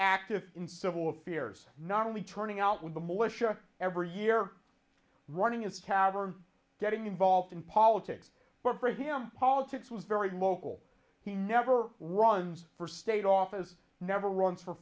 active in civil affairs not only turning out with the militia every year running as tavern getting involved in politics but for him politics was very local he never runs for state office never runs for